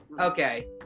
okay